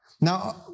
Now